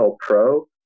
Pro